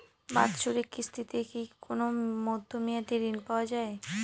বাৎসরিক কিস্তিতে কি কোন মধ্যমেয়াদি ঋণ পাওয়া যায়?